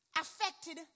affected